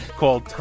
called